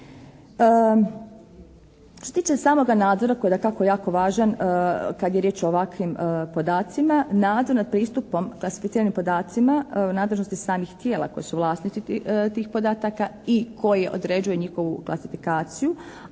Što se tiče samoga nadzora koji je dakako jako važan kad je riječ o ovakvim podacima nadzor nad pristupom klasificiranim podacima u nadležnosti samih tijela koji su vlasnici tih podataka i koji određuju njihovu klasifikaciju,